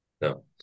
no